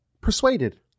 persuaded